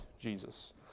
Jesus